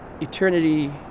eternity